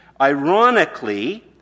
ironically